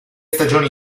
stagioni